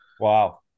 Wow